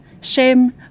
shame